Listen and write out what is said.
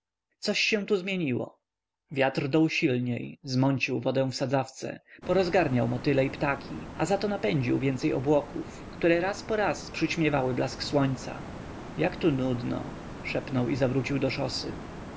coś się tu zmieniło wiatr dął silniej zmącił wodę w sadzawce porozganiał motyle i ptaki a za to napędził więcej obłoków które raz po raz przyćmiewały blask słońca jak tu nudno szepnął i zawrócił do szosy